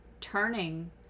turning